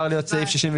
דבר טוב מבחינתכם.